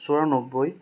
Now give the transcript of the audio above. চৌৰানব্বৈ